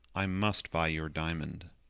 i must buy your diamond.